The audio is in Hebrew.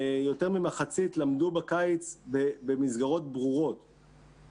יותר ממחצית למדו בקיץ במסגרות ברורות,